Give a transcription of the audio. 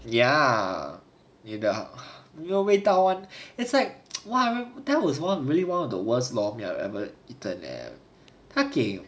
ya 味道没有味道 [one] it's like why that was one really one of the worst lor mee I've ever eaten leh 他给